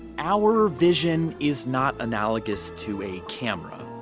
our vision is not analogous to a camera.